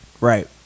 right